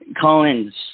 Collins